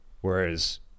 whereas